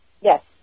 Yes